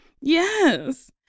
Yes